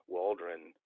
Waldron